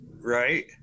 Right